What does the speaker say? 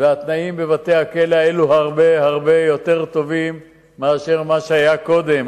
והתנאים בבתי-הכלא האלה הרבה הרבה יותר טובים ממה שהיה קודם.